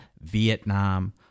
Vietnam